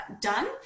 done